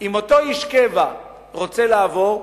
אם אותו איש קבע רוצה לעבור,